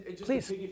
please